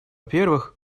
первых